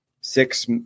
six